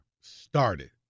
started